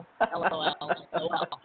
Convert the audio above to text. LOL